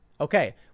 Okay